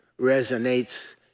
resonates